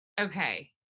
okay